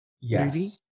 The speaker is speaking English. Yes